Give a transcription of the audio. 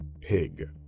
Pig